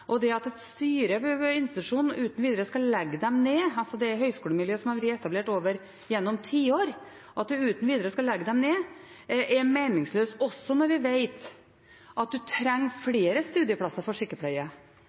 Det at et styre ved en institusjon uten videre skal legge ned det høyskolemiljøet som har blitt etablert gjennom tiår, er meningsløst, også når vi vet at man trenger flere studieplasser for sykepleiere. Man trenger hvert enkelt studiested man har for sykepleie, man trenger flere studieplasser for